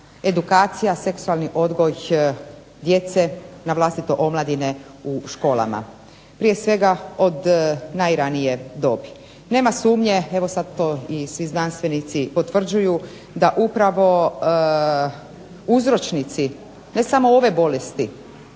edukacija, seksualni odgoj djece navlastito omladine u školama. Prije svega od najranije dobi. Nema sumnje, evo sad to i svi znanstvenici potvrđuju, da upravo uzročnici ne samo ove bolesti,